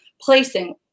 placing